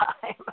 time